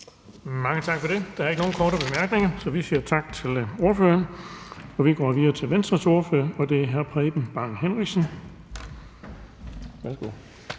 Bonnesen): Der er ikke nogen korte bemærkninger, så vi siger tak til ordføreren. Vi går videre til Venstres ordfører, og det er hr. Preben Bang Henriksen. Kl.